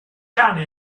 cane